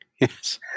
Yes